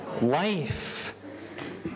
life